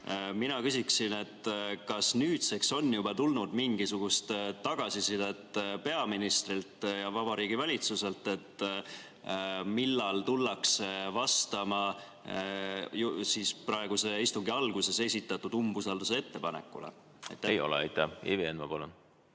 Mina küsin: kas nüüdseks on juba tulnud mingisugust tagasisidet peaministrilt ja Vabariigi Valitsuselt, millal tullakse vastama praeguse istungi alguses esitatud umbusalduse ettepanekule? Ei ole. Ivi Eenmaa, palun! Ei ole.